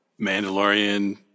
Mandalorian